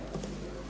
Hvala